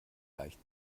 leicht